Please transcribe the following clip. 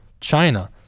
China